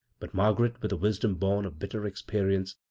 but margaret, with a wisdom bom of bitter experience,